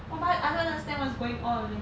oh but I don't understand what's going on when